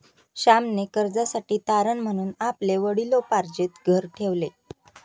श्यामने कर्जासाठी तारण म्हणून आपले वडिलोपार्जित घर ठेवले